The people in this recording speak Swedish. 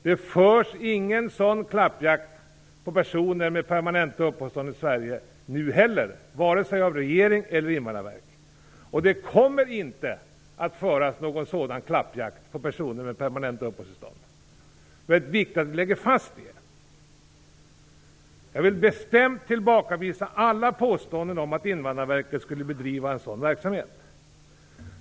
Det förs ingen sådan klappjakt på personer med permanenta uppehållstillstånd i Sverige nu heller, vare sig av regeringen eller Invandrarverket. Det kommer inte heller att föras någon klappjakt på personer med permanenta uppehållstillstånd. Det är viktigt att lägga fast detta. Jag vill bestämt tillbakavisa alla påståenden om att Invandrarverket skulle bedriva någon sådan verksamhet.